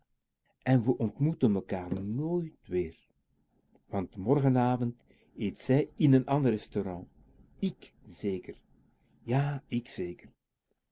en we ontmoeten mekaar n o o i t weer want morgenavond eet zij in n ander restaurant ik zeker ja ik zeker